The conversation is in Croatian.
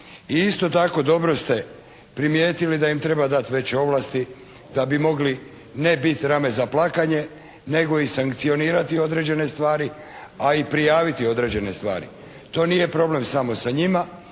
I isto tako dobro ste primijetili da im treba dati veće ovlasti da bi mogli ne biti rame za plakanje nego i sankcionirati određene stvari a i prijaviti određene stvari. To nije problem samo sa njima.